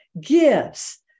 gifts